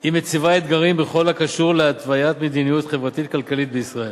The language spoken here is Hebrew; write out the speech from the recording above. היא מציבה אתגרים בכל הקשור להתוויית מדיניות חברתית-כלכלית בישראל.